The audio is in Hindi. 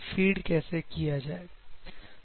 फीड कैसे किया जाए